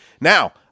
Now